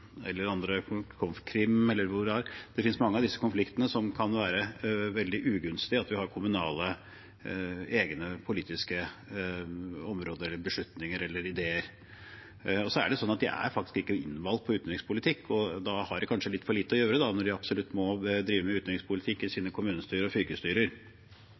være veldig ugunstig om vi på det kommunale området har egne politiske beslutninger eller ideer. De er faktisk ikke innvalgt på utenrikspolitikk, og de har kanskje litt for lite å gjøre når de absolutt må drive med utenrikspolitikk i sine kommunestyrer og